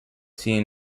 seen